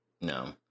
No